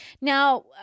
now